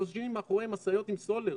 נושמים מאחורי משאיות עם סולר,